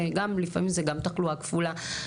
גם לפעמים זה גם תחלואה כפולה,